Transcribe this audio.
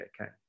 okay